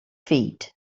feet